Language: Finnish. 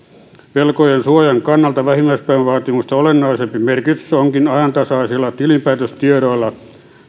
velkojien suojan kannalta vähimmäispääomavaatimusta olennaisempi merkitys onkin ajantasaisilla tilinpäätöstiedoilla